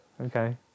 Okay